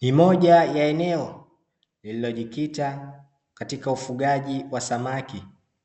Ni moja ya eneo lililojikita katika ufugaji wa samaki,